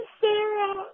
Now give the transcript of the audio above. Sarah